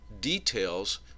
details